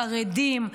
חרדיים,